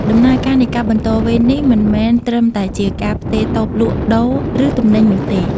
ដំណើរការនៃការបន្តវេននេះមិនមែនត្រឹមតែជាការផ្ទេរតូបលក់ដូរ ឬទំនិញនោះទេ។